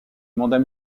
mandat